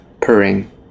purring